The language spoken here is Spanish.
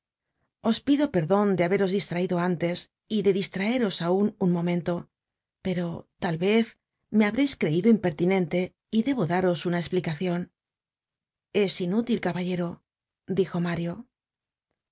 os pido perdon de haberos distraido antes y de distraeros aun un momento pero tal vez me habreis creido impertinente y debo daros una esplicacion es inútil caballero dijo mario oh